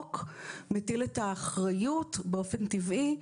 החוק מטיל את האחריות, באופן טבעי,